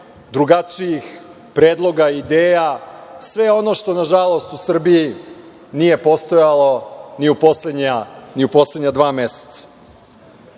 drugačijih predloga i ideja, sve ono što, nažalost u Srbiji nije postojalo ni u poslednja dva meseca. Videli